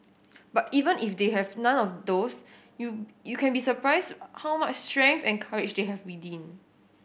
but even if they have none of those you you can be surprised how much strength and courage they have within